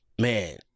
Man